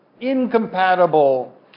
Incompatible